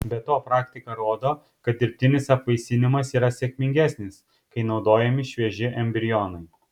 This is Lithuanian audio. be to praktika rodo kad dirbtinis apvaisinimas yra sėkmingesnis kai naudojami švieži embrionai